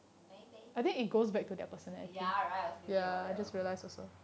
maybe ya right I was thinking about that also